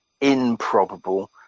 improbable